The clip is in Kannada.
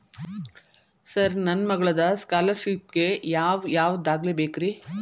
ಸರ್ ನನ್ನ ಮಗ್ಳದ ಸ್ಕಾಲರ್ಷಿಪ್ ಗೇ ಯಾವ್ ಯಾವ ದಾಖಲೆ ಬೇಕ್ರಿ?